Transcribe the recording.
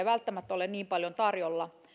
välttämättä ole niin paljon tarjolla